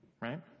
Right